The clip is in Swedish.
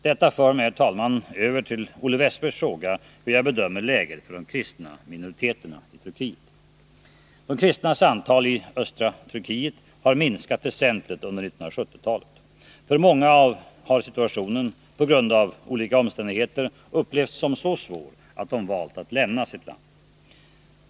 Detta för mig, herr talman, över till Olle Wästbergs fråga hur jag bedömer läget för de kristna minoriteterna i Turkiet. De kristnas antal i östra Turkiet har minskat väsentligt under 1970-talet. För många har situationen på grund av olika omständigheter upplevts så svår att de valt att lämna sitt land.